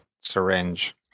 syringe